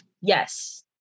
Yes